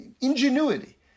ingenuity